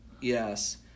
yes